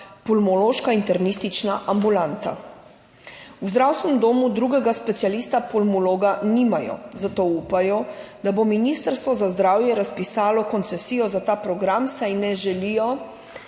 pulmološka internistična ambulanta. V zdravstvenem domu drugega specialista pulmologa nimajo, zato upajo, da bo Ministrstvo za zdravje razpisalo koncesijo za ta program, saj ne želijo,